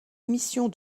émissions